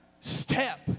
step